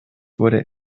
wurde